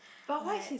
like